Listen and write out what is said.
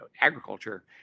agriculture